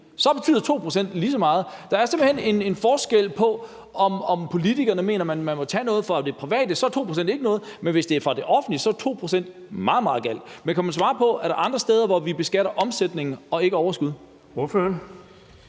så betyder 2 pct. virkelig meget. Der gøres simpelt hen forskel hos politikerne. Tager man noget fra private, er 2 pct. ikke noget. Men hvis det er fra det offentlige, er 2 pct. meget, meget galt. Men kan man svare på, om der er andre steder, hvor vi beskatter omsætningen og ikke overskuddet?